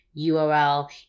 URL